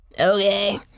Okay